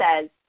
says